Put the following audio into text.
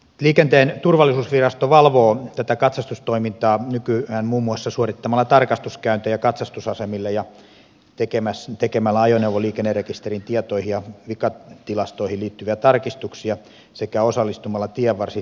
liikenteen turvallisuusvirasto valvoo katsastustoimintaa nykyään muun muassa suorittamalla tarkastuskäyntejä katsastusasemille ja tekemällä ajoneuvoliikennerekisterin tietoihin ja vikatilastoihin liittyviä tarkastuksia sekä osallistumalla tienvarsitarkastuksiin